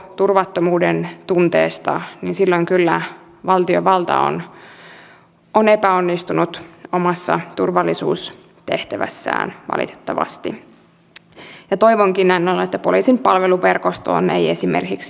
mitenkä ministeri arvioitte kuinka suuria vaikeuksia kunnille tulee sitten sopeuttaa oma tuloveroprosenttinsa sellaiseksi että koko maassa kokonaisveroaste ei tule nousemaan